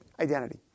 identity